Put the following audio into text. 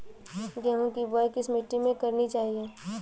गेहूँ की बुवाई किस मिट्टी में करनी चाहिए?